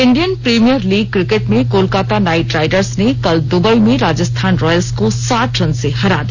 Indian Premier League cricket में Kolkata Knight Riders ने कल दुबई में राजस्थान रॉयल्स को साठ रन से हरा दिया